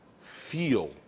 feel